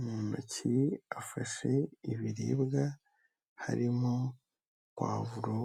Mu ntoki afashe ibiribwa harimo puavro,